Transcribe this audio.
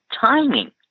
timing